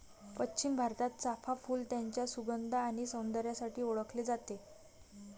पश्चिम भारतात, चाफ़ा फूल त्याच्या सुगंध आणि सौंदर्यासाठी ओळखले जाते